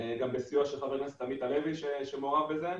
גם בסיוע של חבר הכנסת עמית הלוי שמעורב בזה,